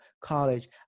college